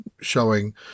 showing